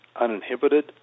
uninhibited